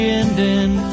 ending